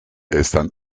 están